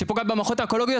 שפוגעת במערכות האקולוגיות.